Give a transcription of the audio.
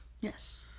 yes